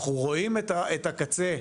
אנחנו רואים את הקצה,